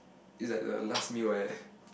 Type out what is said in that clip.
is like the last meal right